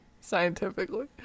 scientifically